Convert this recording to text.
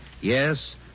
Yes